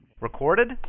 Recorded